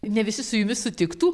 ne visi su jumis sutiktų